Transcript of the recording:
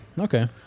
Okay